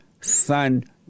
son